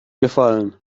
gefallen